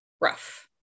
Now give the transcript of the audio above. rough